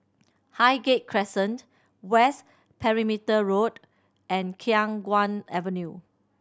Highgate Crescent West Perimeter Road and Khiang Guan Avenue